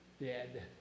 dead